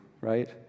right